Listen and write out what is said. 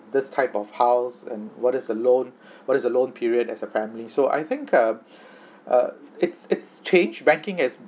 this type of house and what is the loan what is the loan period as a family so I think um uh it's it's changed banking has